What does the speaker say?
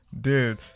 dude